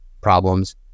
problems